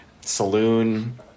saloon